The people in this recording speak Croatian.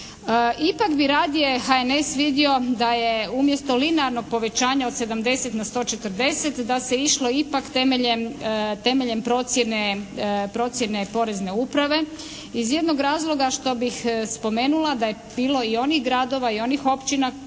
Ipak bi radije HNS vidio da je umjesto linearnog povećanja od 70 na 140 da se išlo ipak temeljem procjene porezne uprave iz jednog razloga što bih spomenula da je bilo i onih gradova i onih općina,